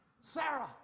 Sarah